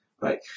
right